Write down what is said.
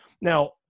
Now